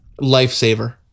lifesaver